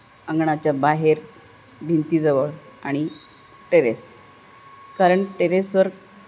अंगणाच्या बाहेर भिंतीजवळ आणि टेरेस कारण टेरेसवर